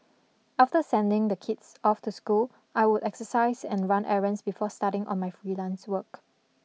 after sending the kids off to school I would exercise and run errands before starting on my freelance work